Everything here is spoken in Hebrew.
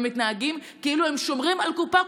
והם מתנהגים כאילו הם שומרים על הקופה.